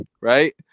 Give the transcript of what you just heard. Right